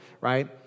Right